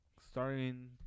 Starting